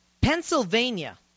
Pennsylvania